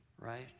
right